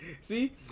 see